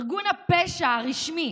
ארגון הפשע הרשמי